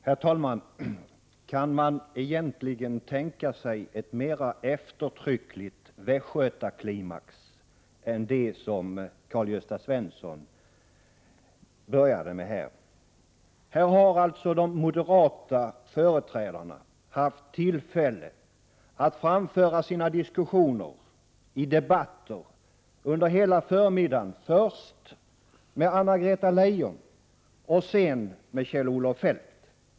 Herr talman! Kan man egentligen tänka sig en mer eftertrycklig västgötaklimax än den som Karl-Gösta Svenson har presterat. Här har alltså de moderata företrädarna haft tillfälle att framföra sina synpunkter i debatter under hela förmiddagen, först med Anna-Greta Leijon och sedan med Kjell-Olof Feldt.